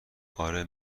آره